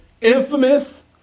infamous